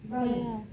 ya